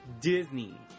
Disney